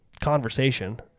conversation